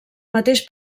mateix